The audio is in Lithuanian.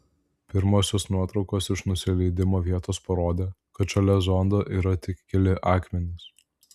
pirmosios nuotraukos iš nusileidimo vietos parodė kad šalia zondo yra tik keli akmenys